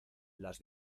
las